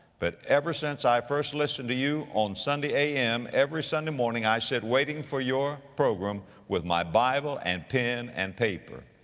but ever since i first listened to you on sunday a m, every sunday morning i sit waiting for your program with my bible and pen and paper.